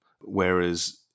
Whereas